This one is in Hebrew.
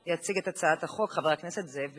אני קובעת שהצעת חוק הכנסת (תיקון מס' 34)